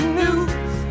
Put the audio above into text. news